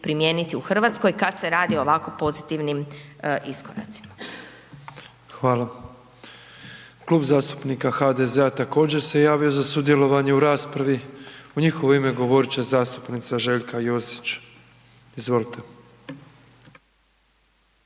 primijeniti u Hrvatskoj kad se radi o ovako pozitivnim iskoracima. **Petrov, Božo (MOST)** Hvala. Klub zastupnika HDZ-a također se javio za sudjelovanje u raspravi. U njihovo ime govorit će zastupnica Željka Josić. Izvolite.